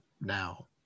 now